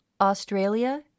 Australia